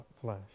flesh